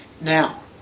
now